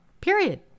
period